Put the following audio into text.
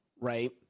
right